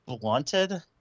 blunted